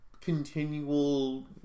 Continual